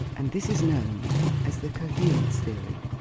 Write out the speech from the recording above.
and this is known as the coherence theory,